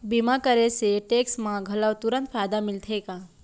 बीमा करे से टेक्स मा घलव तुरंत फायदा मिलथे का?